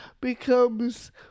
becomes